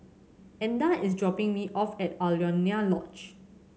Edna is dropping me off at Alaunia Lodge